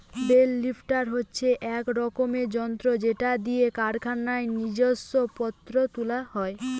bell lifter হচ্ছে এক রকমের যন্ত্র যেটা দিয়ে কারখানায় জিনিস পত্র তুলা হয়